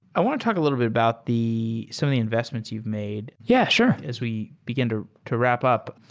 i want to talk a little bit about the some of the investments you've made yeah, sure. as we begin to to wrap up.